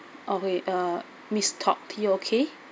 okay uh miss tok T O K